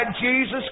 Jesus